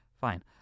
Fine